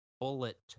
bullet